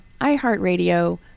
iHeartRadio